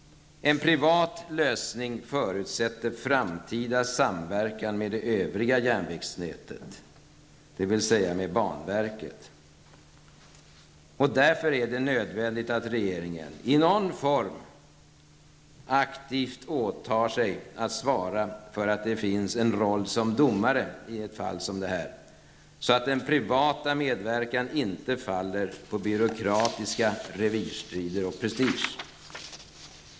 En privat lösning förutsätter framtida samverkan med det övriga järnvägsnätet, dvs. med banverket. Därför är det nödvändigt att regeringen i någon form aktivt åtar sig att svara för att det finns en roll som domare i ett fall som detta, så att den privata medverkan inte faller på byråkratiska revirstrider och prestige.